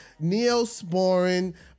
Neosporin